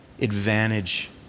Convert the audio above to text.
advantage